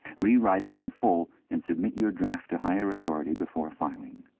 rewrite it in full and submit your draft to higher authority before filing.